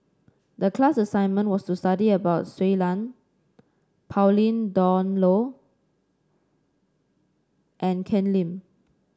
the class assignment was to study about Shui Lan Pauline Dawn Loh and Ken Lim